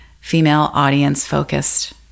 female-audience-focused